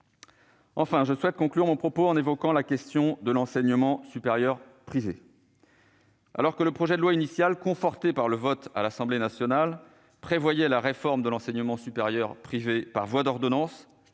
Lafon. Je souhaite conclure mon propos en évoquant la question de l'enseignement supérieur privé. Alors que le projet de loi initial, conforté par le vote à l'Assemblée nationale, prévoyait la réforme de l'enseignement supérieur privé par voie d'ordonnance,